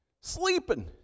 Sleeping